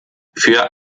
für